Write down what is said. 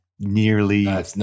Nearly